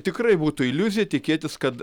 tikrai būtų iliuzija tikėtis kad